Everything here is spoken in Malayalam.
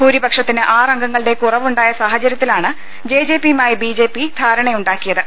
ഭൂരിപക്ഷത്തിന് ആറംഗങ്ങളുടെ കുറവ് ഉണ്ടായ സാഹചര്യത്തിലാണ് ജെജെപിയുമായി ബിജെപി ധാരണയുണ്ടാക്കിയത്